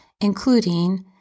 including